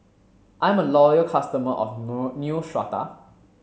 I'm a loyal customer of Neostrata